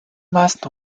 meisten